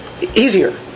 Easier